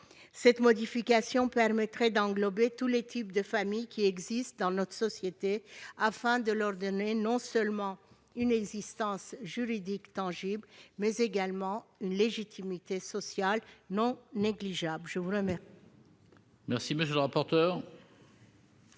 Cette modification permettrait d'englober tous les types de familles qui existent dans notre société, afin de leur donner non seulement une existence juridique tangible, mais également une légitimité sociale. Quel est l'avis de